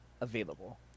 available